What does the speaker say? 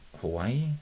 Hawaii